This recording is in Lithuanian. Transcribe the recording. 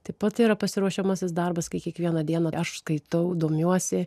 taip pat yra pasiruošiamasis darbas kai kiekvieną dieną aš skaitau domiuosi